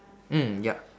mm yup